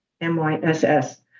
M-Y-S-S